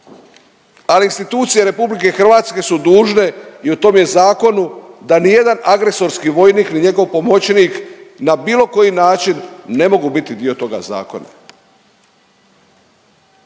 Ali institucije Republike Hrvatske su dužne i u tom je zakonu da ni jedan agresorski vojnik ni njegov pomoćnik na bilo koji način ne mogu biti dio toga zakona.